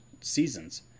seasons